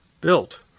built